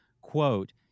quote